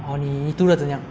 好你读了怎样